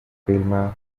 vilma